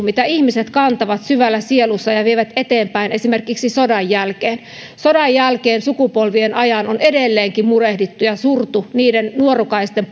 mitä ihmiset kantavat syvällä sielussaan ja vievät eteenpäin esimerkiksi sodan jälkeen sodan jälkeen sukupolvien ajan on edelleenkin murehdittu ja surtu niiden nuorukaisten